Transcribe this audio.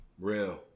Real